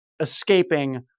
escaping